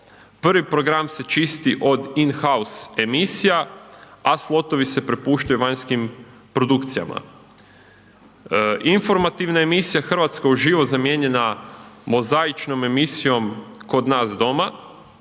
prvi program se čisti od in house emisija, a slotovi se prepuštaju vanjskim produkcijama. Informativna emisija Hrvatska uživo zamijenjena mozaičnom emisijom Kod nas doma,